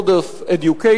Board of Education,